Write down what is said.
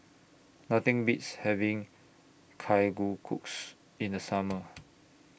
Nothing Beats having Kalguksu in The Summer